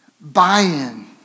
buy-in